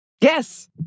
Yes